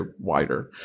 wider